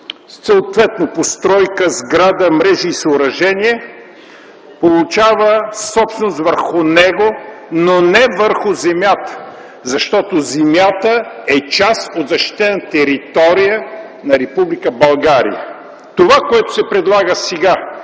съответно постройка, сграда, мрежи и съоръжения, получава собственост върху него, но не върху земята, защото земята е част от защитена територия на Република България. Това, което се предлага сега,